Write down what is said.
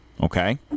okay